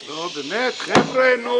באמת, חבר'ה, תנו לנו.